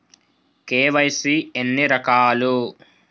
KYC ఎన్ని రకాలు?